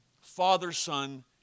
father-son